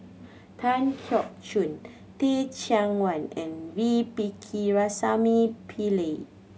Tan Keong Choon Teh Cheang Wan and V Pakirisamy Pillai